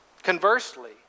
Conversely